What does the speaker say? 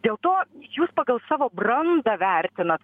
dėl to jūs pagal savo brandą vertinat